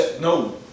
No